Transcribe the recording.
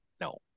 no